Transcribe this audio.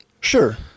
Sure